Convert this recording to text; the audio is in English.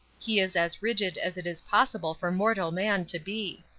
he is as rigid as it is possible for mortal man to be.